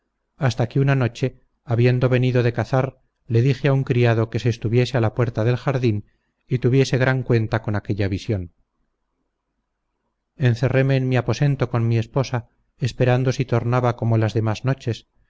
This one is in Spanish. hasta que una noche habiendo venido de cazar le dije a un criado que se estuviese a la puerta del jardín y tuviese gran cuenta con aquella visión encerreme en mi aposento con mi esposa esperando si tornaba como las demás noches